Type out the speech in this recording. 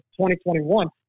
2021